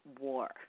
war